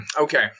Okay